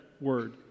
word